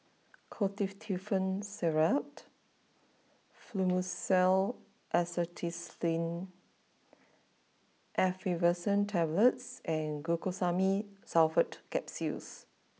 Ketotifen Syrup Fluimucil Acetylcysteine Effervescent Tablets and Glucosamine Sulfate Capsules